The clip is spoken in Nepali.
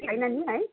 छैन नि है